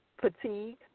Fatigue